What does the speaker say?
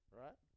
right